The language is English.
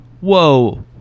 whoa